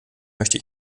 möchte